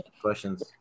questions